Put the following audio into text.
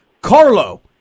Carlo